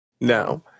Now